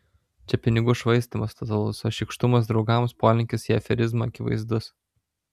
čia pinigų švaistymas totalus o šykštumas draugams polinkis į aferizmą akivaizdus